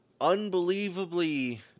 unbelievably